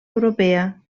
europea